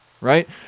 right